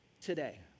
today